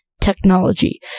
technology